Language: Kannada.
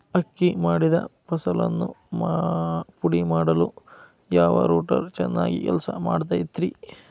ಅಕ್ಕಿ ಮಾಡಿದ ಫಸಲನ್ನು ಪುಡಿಮಾಡಲು ಯಾವ ರೂಟರ್ ಚೆನ್ನಾಗಿ ಕೆಲಸ ಮಾಡತೈತ್ರಿ?